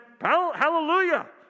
Hallelujah